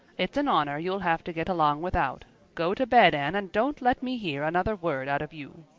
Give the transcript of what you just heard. it's an honor you'll have to get along without. go to bed, anne, and don't let me hear another word out of you.